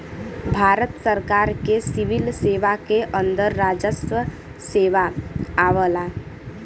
भारत सरकार के सिविल सेवा के अंदर राजस्व सेवा आवला